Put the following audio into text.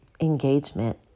engagement